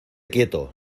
quieto